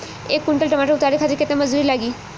एक कुंटल टमाटर उतारे खातिर केतना मजदूरी लागी?